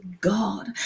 God